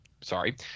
sorry